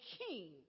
king